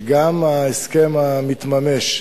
שגם ההסכם המתממש,